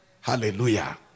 Hallelujah